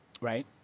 Right